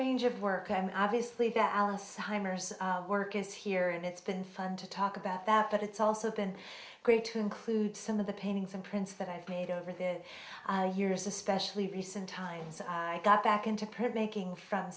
range of work i mean obviously the alzheimer's work is here and it's been fun to talk about that but it's also been great to include some of the paintings and prints that i've made over the years especially because sometimes i got back into print making from